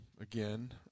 again